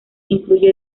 incluye